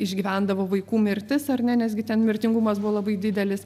išgyvendavo vaikų mirtis ar ne nesgi ten mirtingumas buvo labai didelis